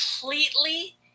completely